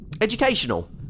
educational